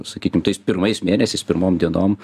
sakykim tais pirmais mėnesiais pirmom dienom